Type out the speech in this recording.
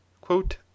quote